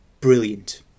brilliant